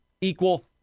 Equal